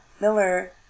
Miller